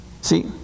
See